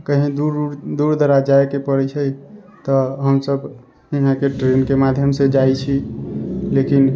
कहीं दूर उर दूर दराज जाय के पड़ै छै तऽ हमसब यहाँ के ट्रेन के माध्यम से जाय छी लेकिन